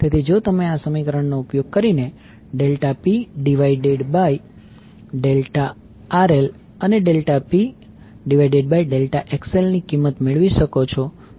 તેથી જો તમે આ સમીકરણનો ઉપયોગ કરીને ∆P ∆RL અને ∆P ∆XL ની કિંમત મેળવી શકો છો